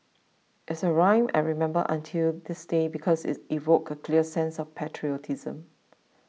it's a rhythm I remember until this day because it evoked a clear sense of patriotism